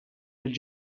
mill